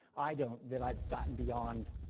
i don't, that i've gotten beyond,